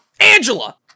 Angela